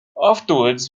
afterwards